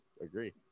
agree